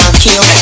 kill